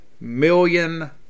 million